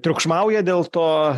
triukšmauja dėl to